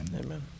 Amen